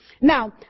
Now